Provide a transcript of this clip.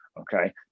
okay